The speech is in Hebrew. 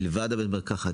מלבד בית המרקחת,